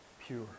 pure